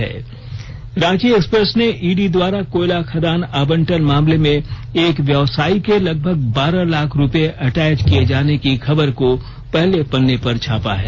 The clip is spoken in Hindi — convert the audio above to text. अब अखबारों की सुर्खियां रांची एक्सप्रेस ने ईडी द्वारा कोयला खदान आवंटन मामले में एक व्यावसायी के लगभग बारह लाख रुपए अटैच किए जाने की खबर को पहले पन्ने पर छापा है